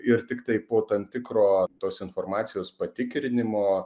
ir tiktai po tam tikro tos informacijos patikrinimo